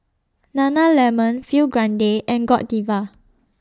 Nana Lemon Film Grade and Godiva